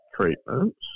treatments